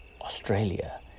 Australia